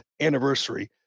anniversary